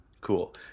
Cool